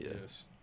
Yes